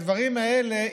הדברים האלה,